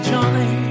Johnny